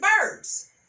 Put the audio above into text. birds